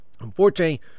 unfortunately